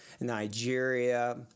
Nigeria